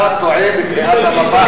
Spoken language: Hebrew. אתה טועה בקריאת המפה.